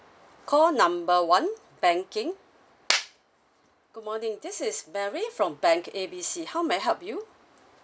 call number one banking good morning this is beverley from bank A B C how may I help you